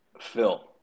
Phil